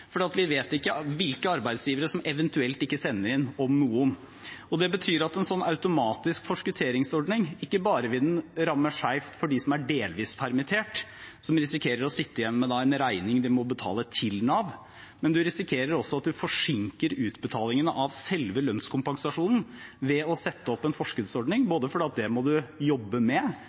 Vi vet ikke hvilke arbeidsgivere som eventuelt ikke sender inn – om noen. Det betyr at en automatisk forskutteringsordning ikke bare vil ramme skeivt for dem som er delvis permittert, som risikerer å sitte igjen med en regning de må betale til Nav, men man risikerer også at det forsinker utbetalingen av selve lønnskompensasjonen ved å sette opp en forskuddsordning, både fordi man må jobbe med